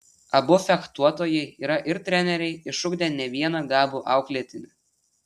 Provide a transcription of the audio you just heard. abu fechtuotojai yra ir treneriai išugdę ne vieną gabų auklėtinį